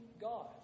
God